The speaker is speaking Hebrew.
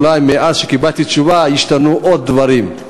אולי מאז שקיבלתי תשובה השתנו עוד דברים.